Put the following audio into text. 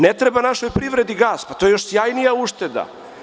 Ne treba našoj privredi gas, pa to je još sjajnija ušteda.